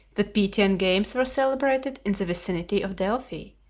the pythian games were celebrated in the vicinity of delphi,